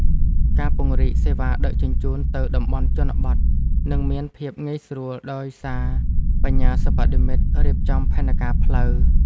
ការពង្រីកសេវាដឹកជញ្ជូនទៅតំបន់ជនបទ នឹងមានភាពងាយស្រួលដោយសារ បញ្ញាសិប្បនិម្មិត រៀបចំផែនការផ្លូវ។